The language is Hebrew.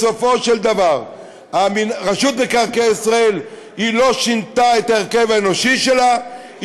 בסופו של דבר רשות מקרקעי ישראל לא שינתה את ההרכב האנושי שלה,